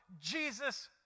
Jesus